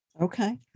Okay